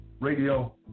Radio